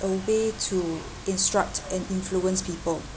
a way to instruct and influence people